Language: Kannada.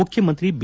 ಮುಖ್ಯಮಂತ್ರಿ ಬಿ